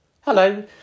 Hello